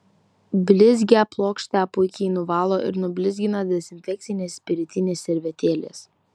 blizgią plokštę puikiai nuvalo ir nublizgina dezinfekcinės spiritinės servetėlės